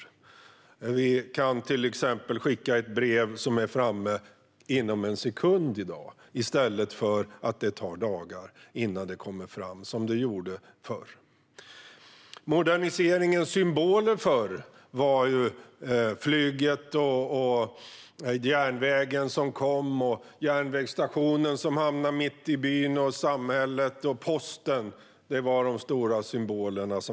I dag kan vi till exempel skicka ett brev som är framme inom en sekund i stället för att ta dagar, som det gjorde förr. Moderniseringens stora symboler var förr flyget, järnvägen med järnvägsstationen som hamnade mitt i byn och samhället samt posten.